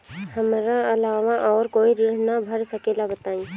हमरा अलावा और कोई ऋण ना भर सकेला बताई?